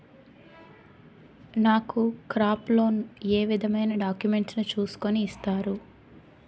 నాకు crop loan ఏ విధమైన డాక్యుమెంట్స్ ను చూస్కుని ఇస్తారు?